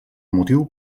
motiu